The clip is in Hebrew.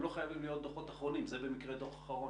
הם לא חייבים להיות דוחות אחרונים זה במקרה דוח אחרון,